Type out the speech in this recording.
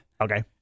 Okay